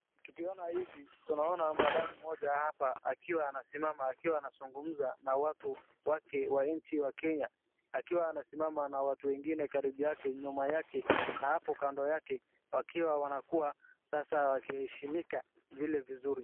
Tukiona hivi tunaona madam mmoja hapa akiwa anasimama akiwa anazungumza na watu wake wa nchi ya kenya akiwa anasimama na watu wengine karibu yake, nyuma yake na hapo kando yake wakiwa wanakuwa sasa wakiheshimika vile vizuri.